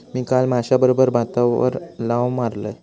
मी काल माश्याबरोबर भातावर ताव मारलंय